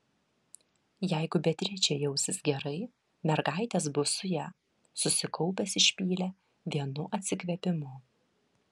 jeigu beatričė jausis gerai mergaitės bus su ja susikaupęs išpylė vienu atsikvėpimu